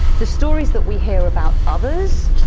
the stories that we hear about others,